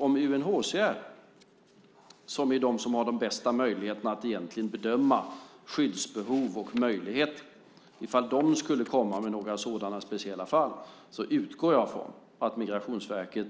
Om UNHCR, som har de bästa möjligheterna att bedöma skyddsbehov och möjligheter, skulle komma med några speciella fall utgår jag ifrån att Migrationsverket